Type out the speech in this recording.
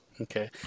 Okay